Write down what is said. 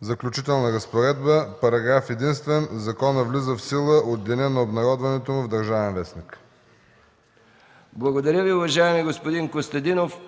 Заключителна разпоредба. Параграф единствен. Законът влиза в сила от деня на обнародването му в „Държавен вестник”.” ПРЕДСЕДАТЕЛ МИХАИЛ МИКОВ: Благодаря Ви, уважаеми господин Костадинов.